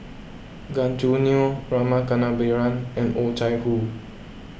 Gan Choo Neo Rama Kannabiran and Oh Chai Hoo